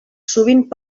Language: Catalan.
sovint